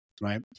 right